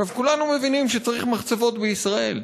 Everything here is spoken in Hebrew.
עכשיו, כולנו מבינים שצריך מחצבות בישראל.